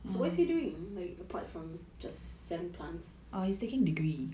so what is he doing like apart from just selling plants